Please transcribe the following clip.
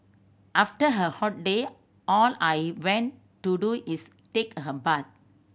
after a hot day all I want to do is take a bath